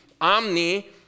omni